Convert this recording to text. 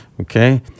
Okay